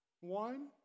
One